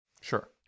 sure